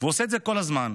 והוא עושה את זה כל הזמן,